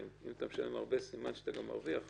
אם אתה משלם הרבה, סימן שאתה גם מרוויח הרבה.